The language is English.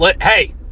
hey